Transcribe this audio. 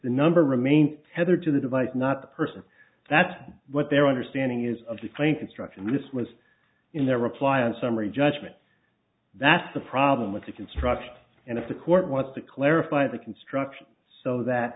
the number remains tethered to the device not the person that's what their understanding is of differing construction this was in their reply and summary judgment that's a problem with the construction and if the court wants to clarify the construction so that